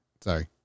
Sorry